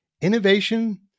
innovation